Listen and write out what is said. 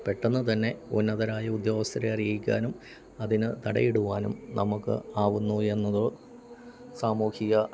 പെട്ടെന്ന് തന്നെ ഉന്നതരായ ഉദ്യോഗസ്ഥരെ അറിയിക്കാനും അതിന് തടയിടുവാനും നമുക്ക് ആവുന്നു എന്നത് സാമൂഹിക